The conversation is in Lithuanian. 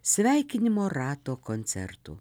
sveikinimo rato koncertu